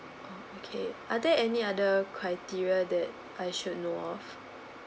okay are there any other criteria that I should know of